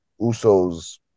Usos